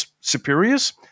superiors